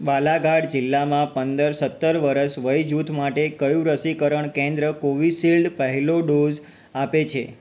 બાલાઘાટ જિલ્લામાં પંદર સત્તર વર્ષ વય જૂથ માટે કયું રસીકરણ કેન્દ્ર કોવિશીલ્ડ પહેલો ડોઝ આપે છે